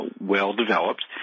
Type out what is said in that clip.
well-developed